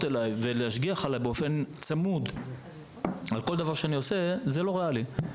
אליי ולהשגיח באופן צמוד על כל דבר שאני עושה זה לא ריאלי.